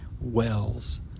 wells